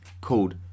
called